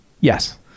Yes